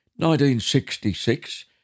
1966